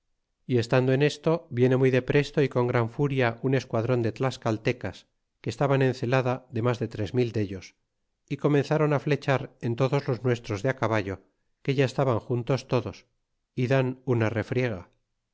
y estando en esto viene muy de presto y con gran furia un esquadron de tlascaltecas que estaban en celada de mas de tres mil dellos y comenzáron á flechar en todos los nuestros de á caballo que ya estaban juntos todos y dan una refriega